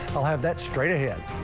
i'll have that straight ahead.